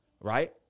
right